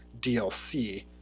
dlc